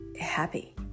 happy